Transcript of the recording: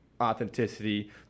Authenticity